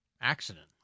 accident